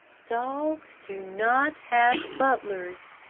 dogs do not have butlers,